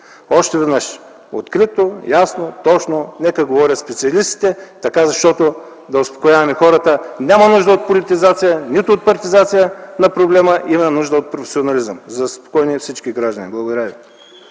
Още веднъж – открито, ясно, точно нека да говорят специалистите, за да успокояваме хората. Няма нужда от политизация, нито от партизация на проблема. Има нужда от професионализъм, за да са спокойни всички граждани. Благодаря ви.